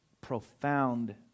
Profound